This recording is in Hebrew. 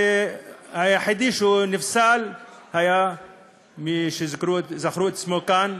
והיחידי שהוא נפסל היה מי שהזכירו את שמו כאן,